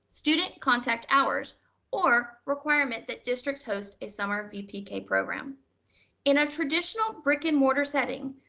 student contact hours or requirement that districts host a summer vpk program in a traditional brick and mortar setting.